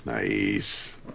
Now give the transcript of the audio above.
Nice